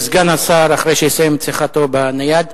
סגן השר, אחרי שיסיים את שיחתו בנייד.